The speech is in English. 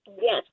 Yes